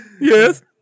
yes